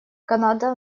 канада